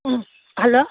ಹ್ಞೂ ಹಲೋ